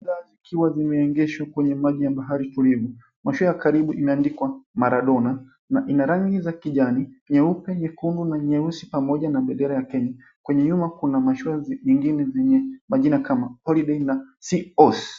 Zikiwa zimeegeshwa kwenye maji ya bahari ufueni mashua ya karibu imeandikwa Maradona na ina rangi za kijani, nyeupe, nyekundu na nyeusi pamoja na bendera ya Kenya kwenye nyuma kuna mashua nyingine zenye majina kama Holiday na Sea Horse.